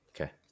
Okay